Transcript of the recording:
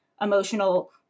emotional